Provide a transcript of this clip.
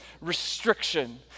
restriction